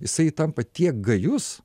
jisai tampa tiek gajus